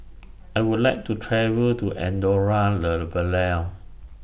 I Would like to travel to Andorra La Vella